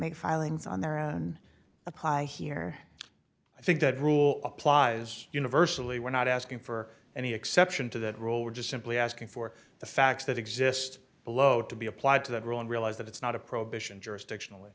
make filings on there and apply here i think that rule applies universally we're not asking for any exception to that rule we're just simply asking for the facts that exist below to be applied to that rule and realize that it's not a prohibition jurisdiction